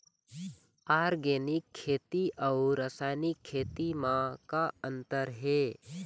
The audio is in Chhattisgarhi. ऑर्गेनिक खेती अउ रासायनिक खेती म का अंतर हे?